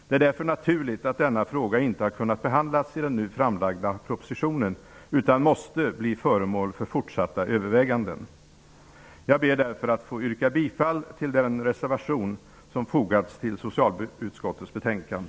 Det är därför naturligt att denna fråga inte har kunnat behandlas i den nu framlagda propositionen, utan måste bli föremål för fortsatta överväganden. Jag ber därför att få yrka bifall till den reservation som fogats till socialutskottets betänkande.